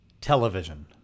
Television